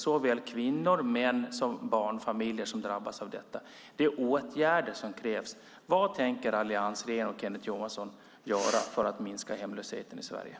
Såväl kvinnor och män som barnfamiljer drabbas av det. Det är åtgärder som krävs. Vad tänker alliansregeringen och Kenneth Johansson göra för att minska hemlösheten i Sverige?